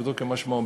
פשוטו כמשמעו.